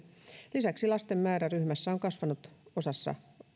lisäksi lasten määrä ryhmässä on kasvanut osassa